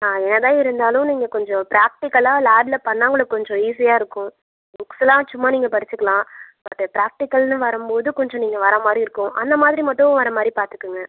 ஆ என்ன தான் இருந்தாலும் நீங்கள் கொஞ்சம் ப்ராக்ட்டிகலாக லேபில் பண்ணிணா உங்களுக்கு கொஞ்சம் ஈஸியாக இருக்கும் புக்ஸ்லாம் சும்மா நீங்கள் படிச்சிக்கலாம் பட் ப்ராக்டிகல்னு வரும் போது கொஞ்சம் நீங்க வர மாதிரி இருக்கும் அந்த மாதிரி மட்டும் வர மாதிரி பார்த்துக்கங்க